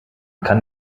kann